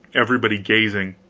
everybody gazing,